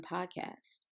Podcast